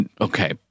Okay